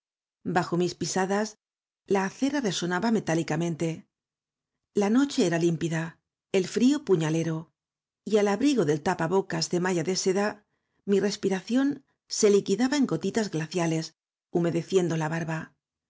bajo mis pisadas la acera resonaba metálicamente la noche era límpida el frío puñalero y al abrigo del tapabocas de malla de seda mi respiración se liquidaba en gotitas glaciales h u medeciendo la barba